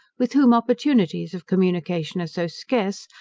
with whom opportunities of communication are so scarce,